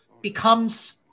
becomes